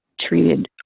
treated